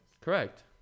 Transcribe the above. Correct